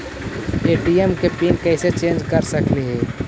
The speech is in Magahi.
ए.टी.एम के पिन कैसे चेंज कर सकली ही?